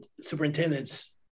superintendents